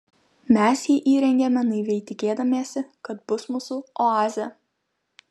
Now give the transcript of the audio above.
mes jį įrengėme naiviai tikėdamiesi kad bus mūsų oazė